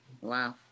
Wow